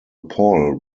poll